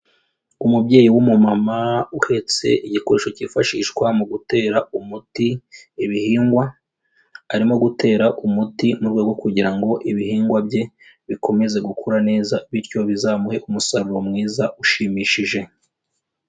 Umubyeyi w'umumama uhetse igikoresho cyifashishwa mu gutera umuti ibihingwa, arimo gutera umuti mu rwego rwo kugira ngo ibihingwa bye bikomeze gukura neza bityo bizamuhe umusaruro mwiza ushimishije.